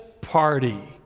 party